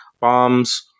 bombs